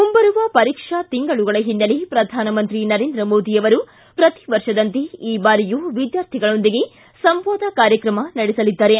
ಮುಂಬರುವ ಪರೀಕ್ಷಾ ತಿಂಗಳುಗಳ ಹಿನ್ನೆಲೆ ಪ್ರಧಾನಮಂತ್ರಿ ನರೇಂದ್ರ ಮೋದಿ ಅವರು ಪ್ರತಿ ವರ್ಷದಂತೆ ಈ ಬಾರಿಯೂ ವಿದ್ಯಾರ್ಥಿಗಳೊಂದಿಗೆ ಸಂವಾದ ಕಾರ್ಯಕ್ರಮ ನಡೆಸಲಿದ್ದಾರೆ